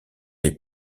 les